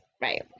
Right